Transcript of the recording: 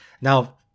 Now